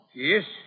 Yes